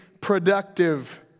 productive